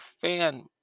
fan